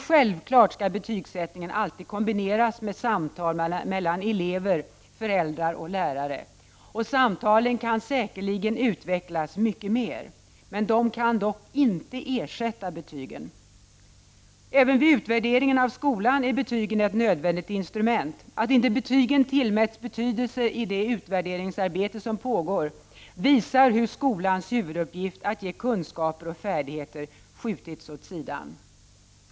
Självfallet skall betygssättningen alltid kombineras med samtal mellan elever, föräldrar och lärare. Samtalen kan säkerligen utvecklas mycket mer. De kan dock inte ersätta betygen. Vid utvärderingen av skolan är betygen ett nödvändigt instrument. Att inte betygen tillmäts betydelse i det utvärderingsarbete som pågår visar hur skolans huvuduppgift att ge kunskaper och färdigheter skjutits åt sidan.